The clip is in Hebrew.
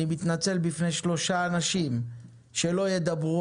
אני מתנצל בפני שלושה אנשים שלא ידברו